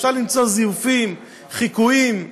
אפשר למצוא זיופים, חיקויים.